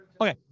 Okay